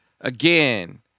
again